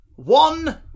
One